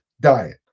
diet